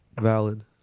Valid